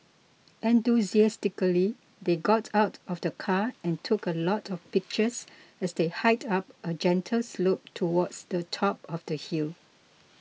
enthusiastically they got out of the car and took a lot of pictures as they hiked up a gentle slope towards the top of the hill